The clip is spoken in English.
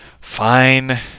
Fine